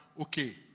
okay